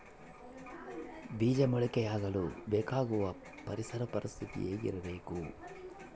ಬೇಜ ಮೊಳಕೆಯಾಗಲು ಬೇಕಾಗುವ ಪರಿಸರ ಪರಿಸ್ಥಿತಿ ಹೇಗಿರಬೇಕು?